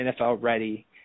NFL-ready